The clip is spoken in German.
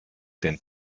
den